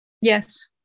Yes